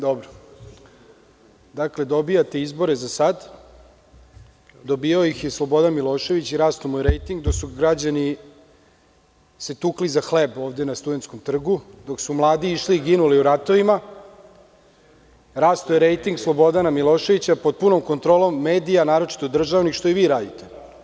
Dakle, dobijate izbore za sad, dobijao ih je Slobodan Milošević i rastao mu je rejting dok su se građani tukli za hleb ovde na Studentskom trgu, dok su mladi išli i ginuli u ratovima, rastao je rejting Slobodna Miloševića pod punom kontrolom medija, a naročito državnih, što i vi radite.